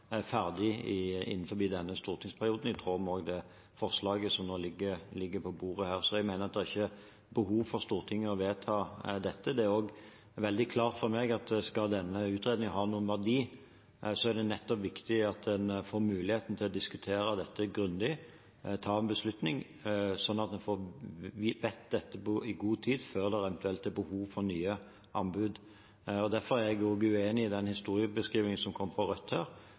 ferdig innenfor denne stortingsperioden, i tråd med det forslaget som nå ligger på bordet. Så jeg mener at det ikke er behov for at Stortinget vedtar dette. Det er også veldig klart for meg at skal denne utredningen ha noen verdi, er det viktig at en nettopp får muligheten til å diskutere dette grundig, ta en beslutning, sånn at vi vet dette i god tid før det eventuelt er behov for nye anbud. Derfor er jeg også uenig i den historiebeskrivelsen som kom fra Rødt her.